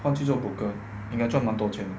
他去做应该转蛮多钱